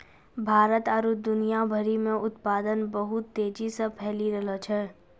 भारत आरु दुनिया भरि मे उत्पादन बहुत तेजी से फैली रैहलो छै